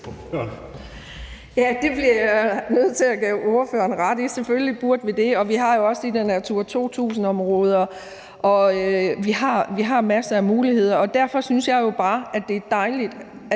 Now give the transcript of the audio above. Det giver jeg ordføreren ret i, selvfølgelig burde vi det, og vi har jo også de her Natura 2000-områder. Vi har masser af muligheder, og derfor synes jeg jo bare, at det er dejligt, at